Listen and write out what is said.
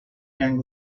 gang